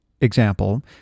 example